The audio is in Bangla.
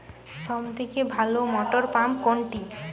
সবথেকে ভালো মটরপাম্প কোনটি?